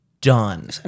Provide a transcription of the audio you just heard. done